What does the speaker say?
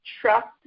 trust